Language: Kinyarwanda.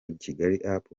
kigaliup